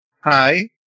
Hi